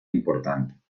important